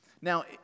Now